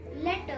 letter